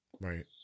right